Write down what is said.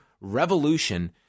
Revolution